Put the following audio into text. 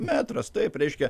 metras taip reiškia